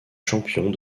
champions